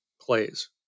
plays